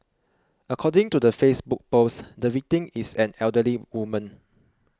according to the Facebook post the victim is an elderly woman